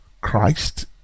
Christ